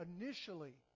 initially